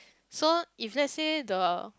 so if let's say the